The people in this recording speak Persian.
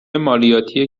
مالیاتی